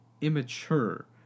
immature